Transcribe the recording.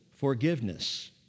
forgiveness